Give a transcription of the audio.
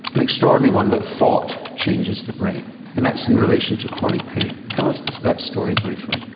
an extraordinary one, that thought changes the brain and that's in relation to chronic pain. tell us us that story briefly.